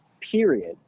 period